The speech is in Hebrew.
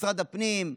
משרד הפנים,